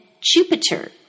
Jupiter